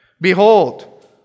Behold